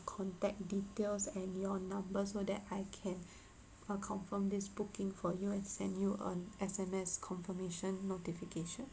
contact details and your number so that I can uh confirm this booking for you and send you an S_M_S confirmation notification